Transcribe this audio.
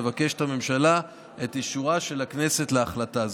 מבקשת הממשלה את אישורה של הכנסת להחלטה זאת.